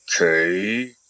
Okay